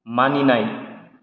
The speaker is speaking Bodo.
मानिनाय